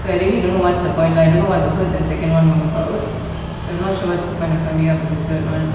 so I really don't know what's the point lah I don't know what the first and second one were about so I'm not sure what's the point of coming up with the third one lah